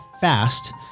fast